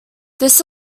this